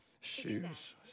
shoes